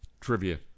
trivia